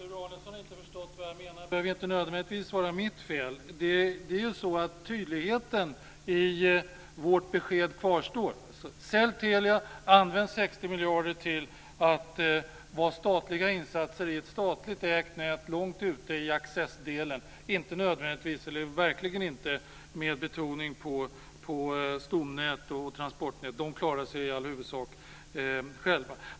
Herr talman! Att Sture Arnesson inte har förstått vad jag menar behöver inte nödvändigtvis vara mitt fel. Tydligheten i vårt besked kvarstår. Sälj Telia och använd 60 miljarder till statliga insatser i ett statligt ägt nät långt ute i accessdelen. Betoningen ska verkligen inte ligga på stomnät och transportnät. De klarar sig i all huvudsak själva.